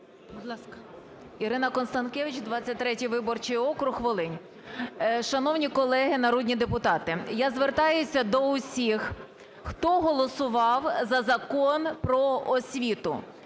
Ірина Констанкевич, 23 виборчий округ. Волинь. Шановні колеги народні депутати, я звертаюся до усіх, хто голосував за Закон "Про освіту",